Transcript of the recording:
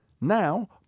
Now